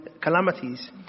calamities